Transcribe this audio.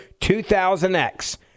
2000X